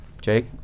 Jake